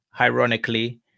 ironically